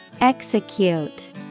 Execute